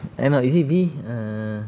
eh no is it B